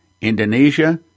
Indonesia